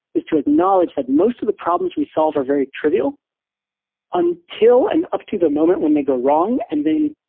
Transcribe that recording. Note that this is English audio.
is to acknowledge that most of the problems we solve are very trivial until an up to the moment when they go wrong and then,